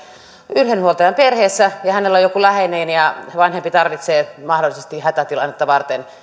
yhden huoltajan perheessä ja hänellä on joku läheinen ja vanhempi tarvitsee mahdollisesti hätätilannetta varten